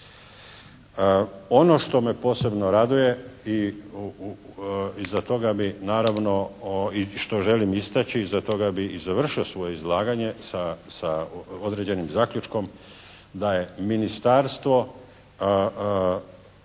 iza toga bih naravno i što želim istaći i iza toga bih i završi svoje izlaganje sa određenim zaključkom, da je Ministarstvo